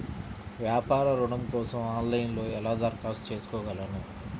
వ్యాపార ఋణం కోసం ఆన్లైన్లో ఎలా దరఖాస్తు చేసుకోగలను?